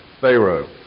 Pharaoh